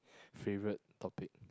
favorite topic